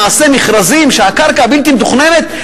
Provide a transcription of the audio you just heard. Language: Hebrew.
נעשה מכרזים שהקרקע הבלתי מתוכננת,